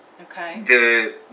Okay